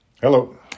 Hello